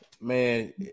Man